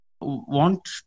want